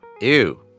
Ew